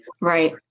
Right